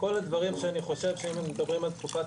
כל הדברים שאני חושב שאם מדברים על תקופת